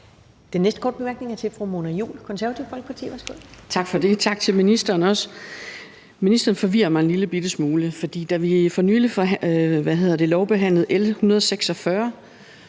Den næste korte bemærkning er til fru Mona Juul,